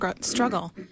struggle